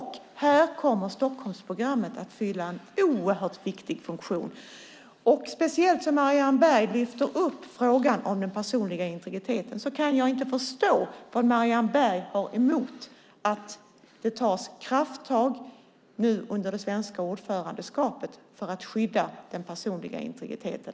Här kommer Stockholmsprogrammet att fylla en oerhört viktig funktion. Speciellt som Marianne Berg lyfter upp frågan om den personliga integriteten kan jag inte förstå vad hon har emot att det tas krafttag nu under det svenska ordförandeskapet för att skydda den personliga integriteten.